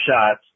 shots